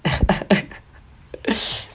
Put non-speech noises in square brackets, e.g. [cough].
[laughs]